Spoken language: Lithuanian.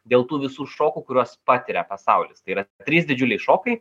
dėl tų visų šokų kuriuos patiria pasaulis tai yra trys didžiuliai šokai